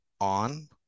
on